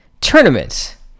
tournaments